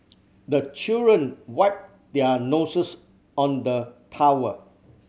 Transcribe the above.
the children wipe their noses on the towel